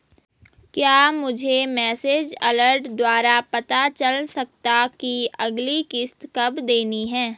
क्या मुझे message alert द्वारा पता चल सकता कि अगली किश्त कब देनी है?